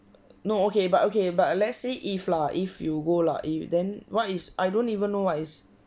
no okay but okay but let's say if lah if you go lah eh then what is I don't even know what is